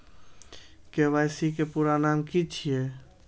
KYC के पूरा नाम की छिय?